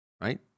Right